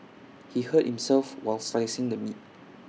he hurt himself while slicing the meat